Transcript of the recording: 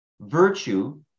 virtue